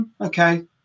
okay